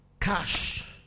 cash